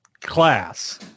class